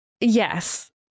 Yes